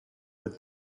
with